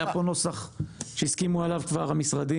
היה פה נוסח שהסכימו עליו כבר המשרדים,